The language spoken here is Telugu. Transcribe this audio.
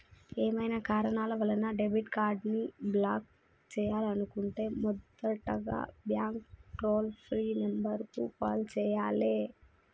ఏవైనా కారణాల వలన డెబిట్ కార్డ్ని బ్లాక్ చేయాలనుకుంటే మొదటగా బ్యాంక్ టోల్ ఫ్రీ నెంబర్ కు కాల్ చేయాలే